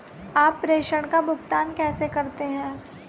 आप प्रेषण का भुगतान कैसे करते हैं?